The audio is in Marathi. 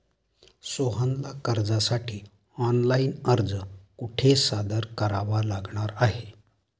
सोहनला कर्जासाठी ऑनलाइन अर्ज कुठे सादर करावा लागणार आहे?